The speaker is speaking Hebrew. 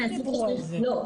לא,